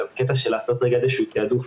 אלא בקטע של לעשות רגע איזה שהוא תעדוף,